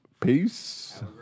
Peace